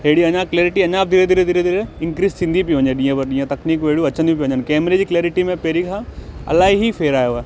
अहिड़ी अञा क्लैरिटी अञा बि धीरे धीरे धीरे धीरे इंक्रीज थींदी पइ वञे ॾींहं ब ॾींहं तकनिकूं अहिड़ियूं अचंदियूं पई वञनि कैमरे जी क्लैरिटी में पहिरी खां इलाही ही फ़ेर आयो आहे